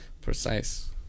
Precise